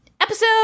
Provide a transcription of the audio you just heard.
Episode